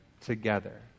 together